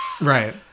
Right